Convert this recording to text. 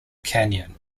canyon